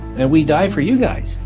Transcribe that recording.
and we die for you guys.